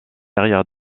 arrière